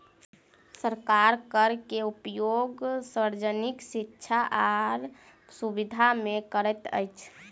सरकार कर के उपयोग सार्वजनिक शिक्षा आर सुविधा में करैत अछि